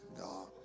God